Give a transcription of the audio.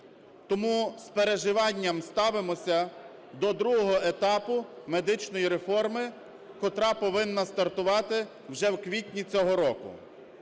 Тому з переживанням ставимося до другого етапу медичної реформи, котра повинна стартувати вже в квітні цього року.